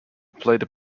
played